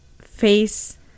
face